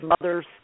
mother's